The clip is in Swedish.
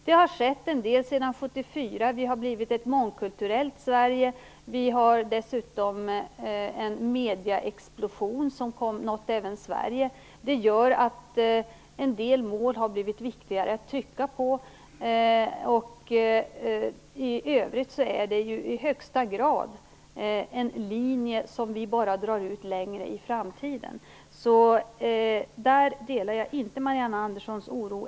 Det har skett en del sedan 1974. Sverige har blivit ett mångkulturellt land. Vi har dessutom haft en explosion inom medierna som även nått Sverige. Det gör att det har blivit viktigare att trycka på en del mål, och i övrigt rör det sig ju i högsta grad bara om en linje som vi drar ut längre in i framtiden. På den punkten delar jag alltså inte Marianne Anderssons oro.